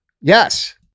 Yes